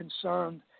concerned